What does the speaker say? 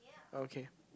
okay